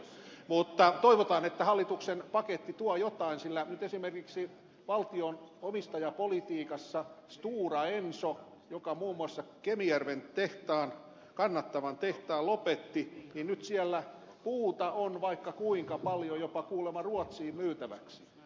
mutta toivotaan että hallituksen paketti tuo jotain sillä nyt esimerkiksi valtion omistajapolitiikassa stora ensolla joka muun muassa kemijärven tehtaan kannattavan tehtaan lopetti on nyt siellä puuta vaikka kuinka paljon jopa kuulemma ruotsiin myytäväksi